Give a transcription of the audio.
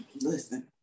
Listen